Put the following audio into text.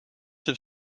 have